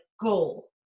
goal